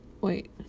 Wait